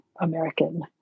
American